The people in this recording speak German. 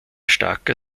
starker